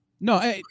No